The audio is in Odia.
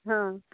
ହଁ